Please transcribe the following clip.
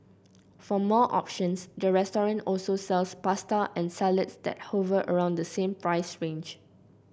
for more options the restaurant also sells pasta and salads that hover around the same price range